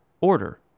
Order